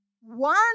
one